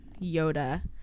Yoda